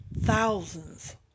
thousands